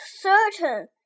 certain